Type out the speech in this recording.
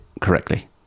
correctly